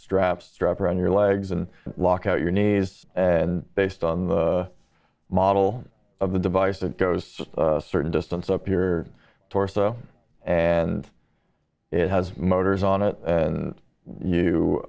strap strap around your legs and lock out your knees and based on the model of the device it goes certain distance up your torso and it has motors on it and you